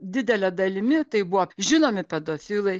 didele dalimi tai buvo žinomi pedofilai